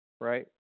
right